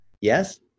Yes